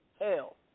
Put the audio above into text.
Hell